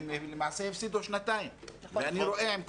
הם למעשה הפסידו שנתיים.